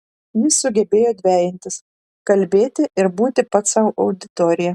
jis sugebėjo dvejintis kalbėti ir būti pats sau auditorija